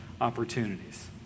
opportunities